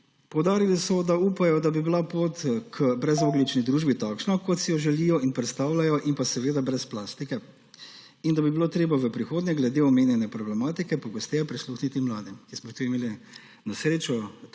Poudarili so, da upajo, da bi bila pot k brezogljični družbi takšna, kot si jo želijo in predstavljajo, in seveda brez plastike in da bi bilo treba v prihodnje glede omenjene problematike pogosteje prisluhniti mladim, ki smo jim tudi imeli srečo